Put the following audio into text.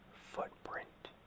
footprint